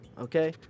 Okay